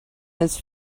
his